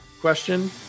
question